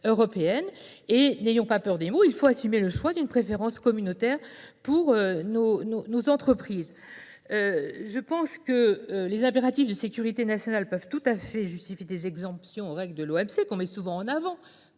extraeuropéennes. N'ayons pas peur des mots, il faut assumer le choix d'une préférence communautaire pour nos entreprises. Les impératifs de sécurité nationale peuvent tout à fait justifier des exemptions aux règles de l'Organisation mondiale